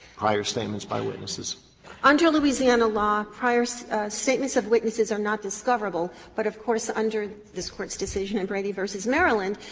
prior statements by witnesses? andrieu under louisiana law, prior statements of witnesses are not discoverable. but of course, under this court's decision in brady v. maryland,